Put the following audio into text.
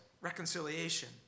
reconciliation